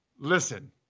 Listen